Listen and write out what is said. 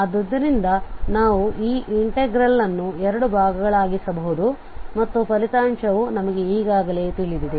ಆದ್ದರಿಂದ ನಾವು ಈ ಇನ್ಟೆಗ್ರಲ್ ನ್ನು 2 ಭಾಗಗಳಾಗಿಸಬಹುದು ಮತ್ತು ಫಲಿತಾಂಶವು ನಮಗೆ ಈಗಾಗಲೇ ತಿಳಿದಿದೆ